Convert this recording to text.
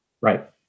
Right